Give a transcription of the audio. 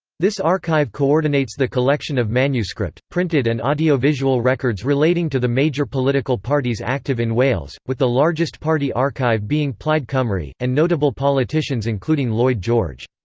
this archive coordinates the collection of manuscript, printed and audiovisual records relating to the major political parties active in wales, with the largest party archive being plaid cymru, and notable politicians including lloyd george.